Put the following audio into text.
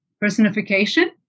personification